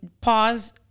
pause